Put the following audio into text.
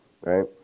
Right